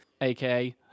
aka